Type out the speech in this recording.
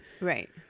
right